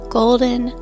golden